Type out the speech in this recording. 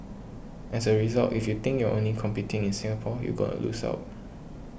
as a result if you think you're only competing in Singapore you gonna lose out